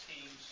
teams